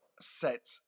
set